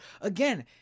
again